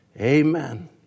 Amen